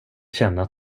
känna